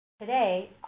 Today